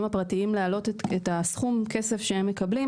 הפרטיים להעלות את סכום הכסף שהם מקבלים,